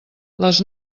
les